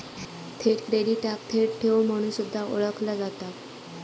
थेट क्रेडिटाक थेट ठेव म्हणून सुद्धा ओळखला जाता